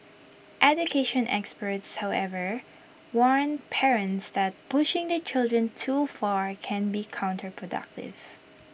education experts however warn parents that pushing their children too far can be counterproductive